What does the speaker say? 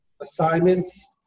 assignments